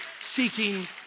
seeking